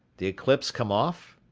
the eclipse come off?